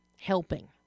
helping